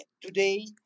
today